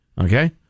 okay